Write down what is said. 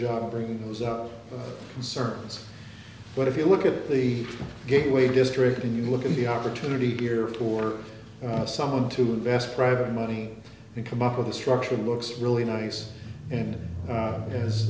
of bringing those up concerns but if you look at the gateway district and you look at the opportunity here for someone to invest private money and come up with a structure looks really nice and